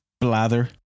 blather